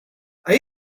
are